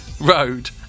road